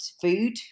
food